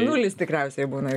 nulis tikriausiai būna